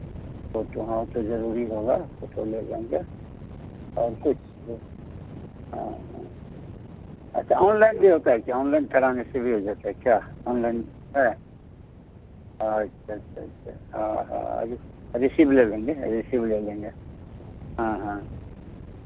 photo हाँ ओ तो जरूरी होगा फोटो ले जाएँगे और कुछ जो हाँ हाँ अच्छा ऑनलाइन भी होता है क्या ऑनलाइन कराने से भी हो जाता है क्या ऑनलाइन है अच्छा अच्छा अच्छा हाँ हाँ रिसीव ले लेंगे रिसीव ले लेंगे हाँ हाँ